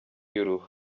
y’uruhu